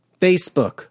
Facebook